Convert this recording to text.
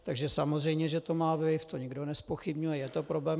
Takže samozřejmě že to má vliv, to nikdo nezpochybňuje, je to problém.